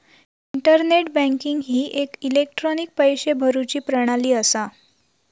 internet banking ही एक electronic पैशे भरुची प्रणाली असा